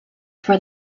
for